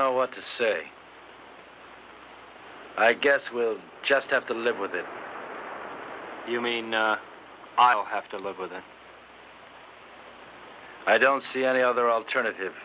know what to say i guess we'll just have to live with it you mean i'll have to live with it i don't see any other alternative